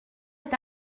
est